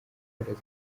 gukora